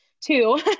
two